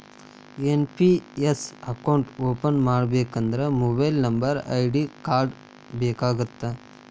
NPS account open ಮಾಡಬೇಕಂದ್ರ mobile number ID card ಬೇಕಾಗತ್ತಾ?